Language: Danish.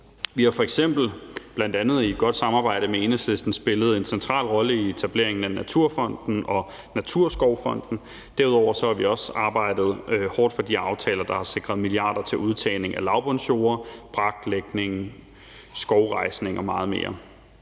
Vi har f.eks. i et godt samarbejde med bl.a. Enhedslisten spillet en central rolle i etableringen af Naturfonden og Klimaskovfonden . Derudover har vi også arbejdet hårdt for de aftaler, der sikrer milliarder til udtagning af lavbundsjorder, braklægning, skovrejsning og meget mere.